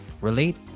relate